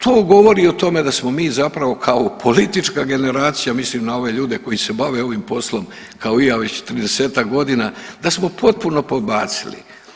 To govori o tome da smo mi zapravo kao politička generacija, mislim na ove ljude koji se bave ovim poslom kao i ja već 30-ak godina da smo potpuno podbacili.